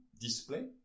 display